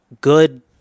good